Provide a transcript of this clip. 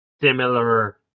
similar